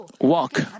walk